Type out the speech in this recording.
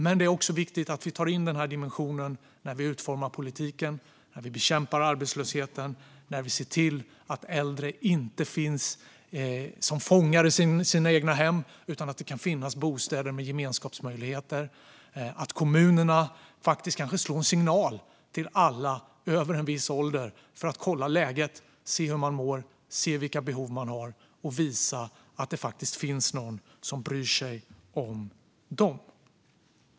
Men det är också viktigt att vi tar in den här dimensionen när vi utformar politiken, när vi bekämpar arbetslösheten och när vi ser till att äldre inte blir som fångar i sina egna hem. Det ska i stället kunna finnas bostäder med gemenskapsmöjligheter. Vi ska se till att kommunerna kan slå en signal till alla över en viss ålder för att kolla läget, se hur de mår, se vilka behov de har och visa att det faktiskt finns någon som bryr sig om dem.